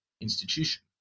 institution